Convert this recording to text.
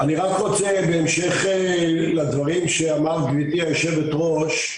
רק רוצה בהמשך לדברים שאמרת גברתי היושבת ראש,